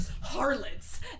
harlots